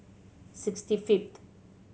sixty fifth